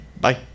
Bye